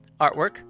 Artwork